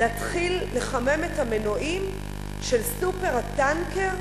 להתחיל לחמם את המנועים של ה"סופר-טנקר",